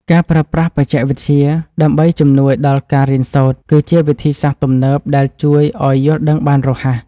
ការប្រើប្រាស់បច្ចេកវិទ្យាដើម្បីជំនួយដល់ការរៀនសូត្រគឺជាវិធីសាស្ត្រទំនើបដែលជួយឱ្យយល់ដឹងបានរហ័ស។